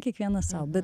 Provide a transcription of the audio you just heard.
kiekvienas sau bet